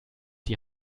die